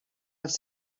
els